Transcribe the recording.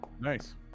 nice